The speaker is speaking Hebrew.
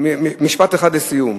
משפט אחד לסיום.